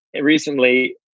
recently